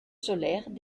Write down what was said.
solaires